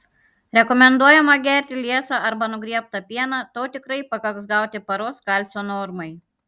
rekomenduojama gerti liesą arba nugriebtą pieną to tikrai pakaks gauti paros kalcio normai